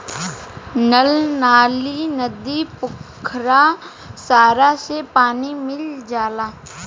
नल नाली, नदी, पोखरा सारा से पानी मिल जाला